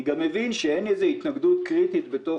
אני גם מבין שאין התנגדות קריטית בתוך